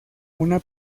una